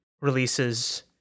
releases